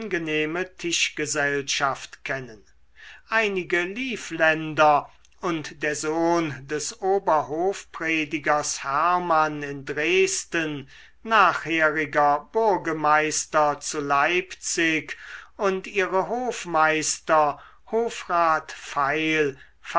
tischgesellschaft kennen einige livländer und der sohn des oberhofpredigers hermann in dresden nachheriger burgemeister zu leipzig und ihre hofmeister hofrat pfeil